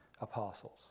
apostles